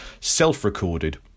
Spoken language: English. self-recorded